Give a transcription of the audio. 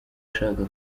ashaka